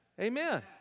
Amen